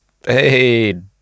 Hey